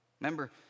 Remember